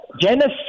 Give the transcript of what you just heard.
genocide